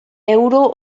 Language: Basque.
euro